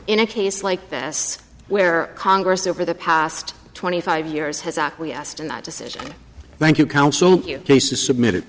in a case like this where congress over the past twenty five years has acquiesced in that decision thank you counsel cases submitted